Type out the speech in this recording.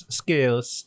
skills